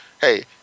hey